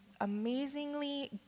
amazingly